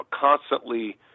constantly